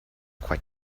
quite